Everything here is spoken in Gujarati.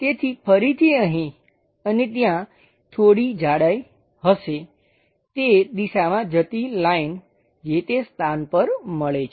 તેથી ફરીથી અહીં અને ત્યાં થોડી જાડાઈ હશે તે દિશામાં જતી લાઈન જે તે સ્થાન પર મળે છે